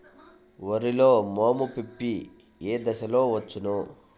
వరిలో మోము పిప్పి ఏ దశలో వచ్చును?